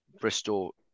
Bristol